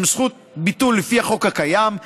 עם זכות ביטול לפי החוק הקיים,